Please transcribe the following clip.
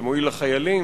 זה מועיל לחיילים?